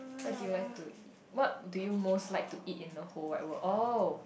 what do you like to what do you most like to eat in the whole wide world oh